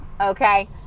okay